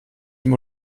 dem